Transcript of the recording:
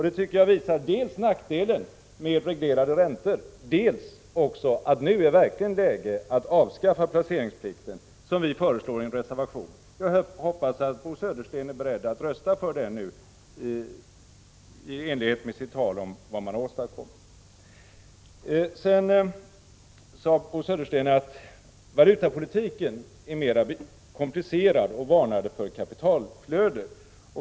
Det tycker jag visar dels nackdelen med reglerade räntor, dels att det nu verkligen är läge att avskaffa placeringsplikten, vilket vi föreslår i en reservation. Jag hoppas att Bo Södersten i enlighet med sitt tal om den avreglering man har åstadkommit är beredd att rösta för den reservationen. Sedan sade Bo Södersten att valutapolitiken är mer komplicerad och varnade för kapitalutflöde.